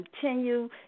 continue